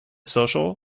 social